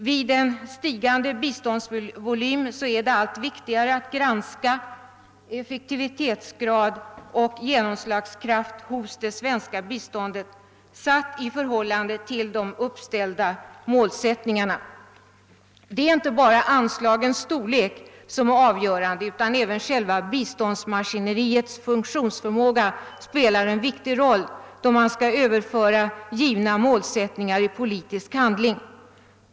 Vid en stigande biståndsvolym är det allt viktigare att granska effektivitetsgrad och genomslagskraft hos det svenska biståndet i förhållande till de uppställda målsättningarna. Det är inte bara anslagens storlek som är avgörande; själva biståndsmaskineriets funktionsförmåga spelar också en viktig roll då man skall överföra givna målsättningar i politisk handling.